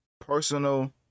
personal